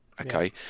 okay